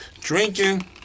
drinking